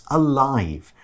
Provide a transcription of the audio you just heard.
alive